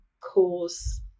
cause